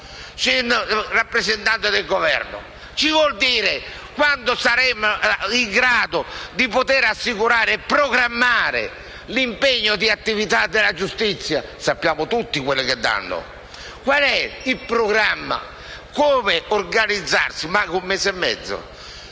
signor rappresentante del Governo? Ci vuol dire quando saremo in grado di poter assicurare e programmare l'impegno di attività della giustizia? Sappiamo tutti quello che danno. Qual è il programma, come organizzarsi? Manca un mese e mezzo.